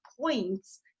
points